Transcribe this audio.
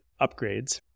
upgrades